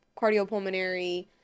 cardiopulmonary